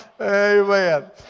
amen